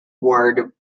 word